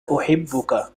أحبك